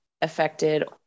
affected